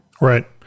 right